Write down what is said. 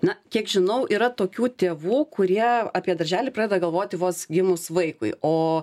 na kiek žinau yra tokių tėvų kurie apie darželį pradeda galvoti vos gimus vaikui o